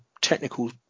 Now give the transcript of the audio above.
technical